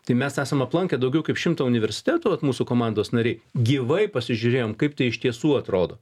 tai mes esam aplankę daugiau kaip šimtą universitetų vat mūsų komandos nariai gyvai pasižiūrėjom kaip tai iš tiesų atrodo